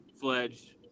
fledged